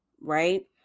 right